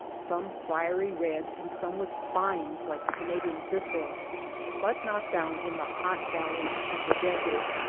some fiery red and some with spines like the canadian thistle but not down in the hot valleys of the desert.